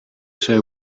suoi